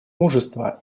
мужество